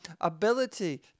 ability